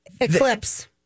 Eclipse